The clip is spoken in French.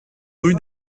rue